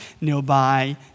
nearby